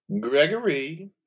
Gregory